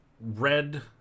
red